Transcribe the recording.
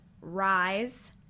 Rise